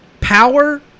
power